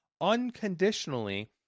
unconditionally